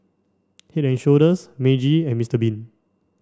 Head and Shoulders Meiji and Mistr bean